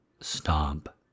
Stop